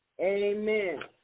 Amen